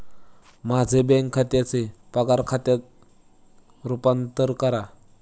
माझे बँक खात्याचे पगार खात्यात रूपांतर करा